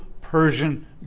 Persian